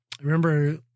remember